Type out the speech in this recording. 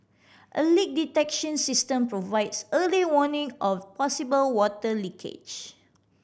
a leak detection system provides early warning of possible water leakage